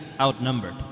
outnumbered